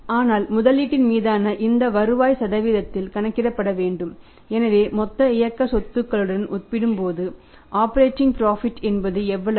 ஆனால் முதலீட்டின் மீதான இந்த வருவாய் சதவீதத்தில் கணக்கிடப்பட வேண்டும் எனவே மொத்த இயக்க சொத்துக்களுடன் ஒப்பிடும்போது ஆப்பரேட்டிங் புரோஃபிட் என்பது எவ்வளவு